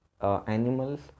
animals